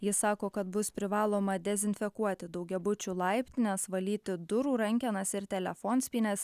jis sako kad bus privaloma dezinfekuoti daugiabučių laiptines valyti durų rankenas ir telefonspynes